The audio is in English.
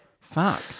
Fuck